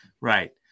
Right